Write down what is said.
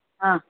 हां